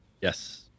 yes